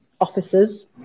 officers